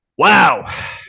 Wow